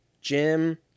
Jim